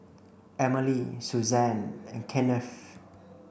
Emily Suzanne and Kennith